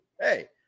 Hey